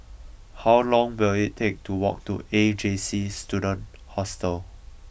how long will it take to walk to A J C Student Hostel